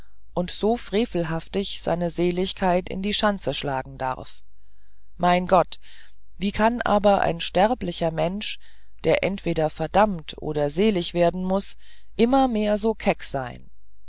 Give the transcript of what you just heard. und so frevelhaftig seine seligkeit in die schanze schlagen darf mein gott wie kann aber ein sterblicher mensch der entweder verdammt oder selig werden muß immermehr so keck sein